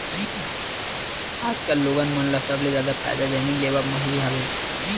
आजकल लोगन मन ल सबले जादा फायदा जमीन लेवब म ही हवय